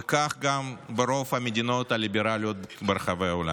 וכך גם ברוב המדינות הליברליות ברחבי העולם.